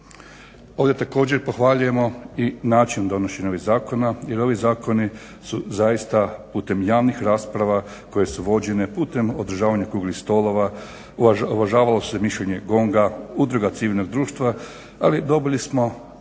Ovdje također pohvaljujem i način donošenja ovih zakona jer ovi zakoni su zaista putem javnih rasprava koje su vođenje putem održavanje okruglih stolova, uvažavalo se mišljenje GONG-a, udruga civilnog društva ali dobili smo